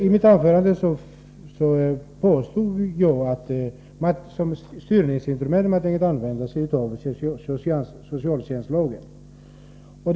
I mitt anförande framhöll jag att man som styrningsinstrument tänker använda sig av socialtjänstlagen.